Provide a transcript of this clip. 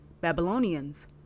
Babylonians